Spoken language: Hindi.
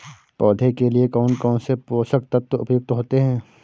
पौधे के लिए कौन कौन से पोषक तत्व उपयुक्त होते हैं?